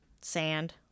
Sand